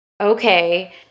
Okay